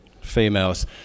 females